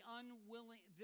unwilling